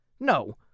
No